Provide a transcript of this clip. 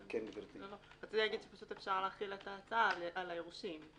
אפשר פשוט להחיל את ההצעה על היורשים.